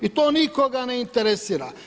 I to nikoga ne interesira.